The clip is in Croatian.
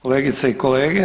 kolegice i kolege.